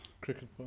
Cricket